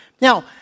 Now